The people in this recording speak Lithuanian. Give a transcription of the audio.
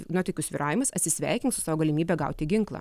nuotaikų svyravimus atsisveikink su savo galimybe gauti ginklą